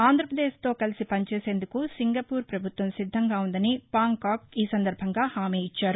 ఆంధ్రప్రదేశ్తో కలసి పనిచేసేందుకు సింగపూర్ ప్రపభుత్వం సిద్ధంగా ఉందని పాంగ్కాక్ హామీఇచ్చారు